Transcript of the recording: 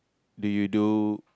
did you do